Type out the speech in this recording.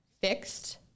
fixed